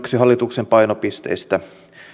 hallituksen painopisteistä